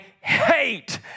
hate